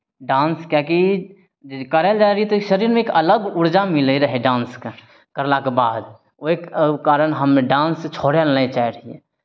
dance किएकि जे करल जाइ रहियै तऽ शरीरमे एक अलग ऊर्जा मिलै रहय डान्सके करलाके बाद ओहि कारण हमे डान्स छोड़य लए नहि चाहैत रहियै